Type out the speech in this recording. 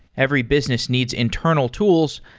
every business needs internal tools,